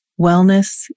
Wellness